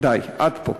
עד פה.